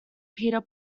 peter